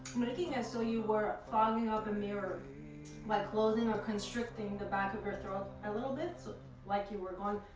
making as so you were fogging up a mirror by closing or constricting the back of your throat a little bit so like you were going